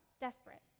desperate